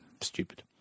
stupid